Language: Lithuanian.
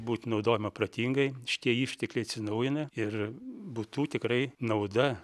būt naudojama pratingai šie ištekliai atsinaujina ir būtų tikrai nauda